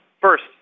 first